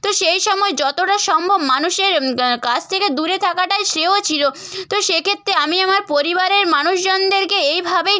তো সেই সময় যতটা সম্ভব মানুষের কাছ থেকে দূরে থাকাটাই শ্রেয় ছিল তো সেক্ষেত্রে আমি আমার পরিবারের মানুষজনদেরকে এইভাবে